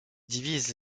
divise